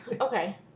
Okay